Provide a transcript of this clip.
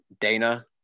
Dana